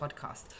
podcast